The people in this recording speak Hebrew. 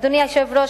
אדוני היושב-ראש,